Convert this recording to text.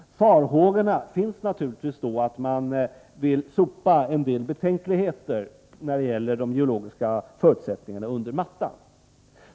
Farhågor finns då naturligtvis för att man vill sopa en del betänkligheter när det gäller de geologiska förutsättningarna under mattan.